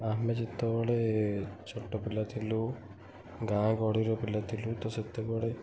ଆମେ ଯେତେବେଳେ ଛୋଟ ପିଲା ଥିଲୁ ଗାଁ ଗହଳିର ପିଲା ଥିଲୁ ତ ସେତେବେଳେ